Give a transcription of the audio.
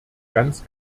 ganz